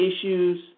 issues